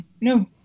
no